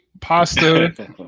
pasta